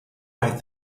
right